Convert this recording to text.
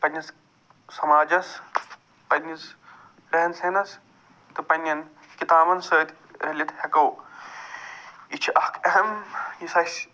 پنٛنِس سماجس پنٛنِس رہن سہنس تہٕ پنٛنٮ۪ن کِتابن سۭتۍ رٔلِتھ ہٮ۪کو یہِ چھِ اکھ اہم یُس اَسہِ